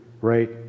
right